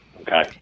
Okay